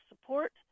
support